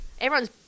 Everyone's